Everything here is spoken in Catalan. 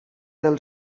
del